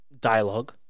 dialogue